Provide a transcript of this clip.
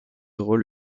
rôle